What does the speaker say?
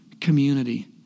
community